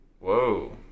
Whoa